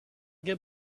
get